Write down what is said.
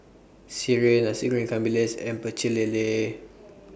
Sireh Nasi Goreng Ikan Bilis and Pecel Lele